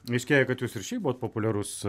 aiškėja kad jūs ir šiaip buvot populiarus